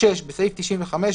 (6)בסעיף 95,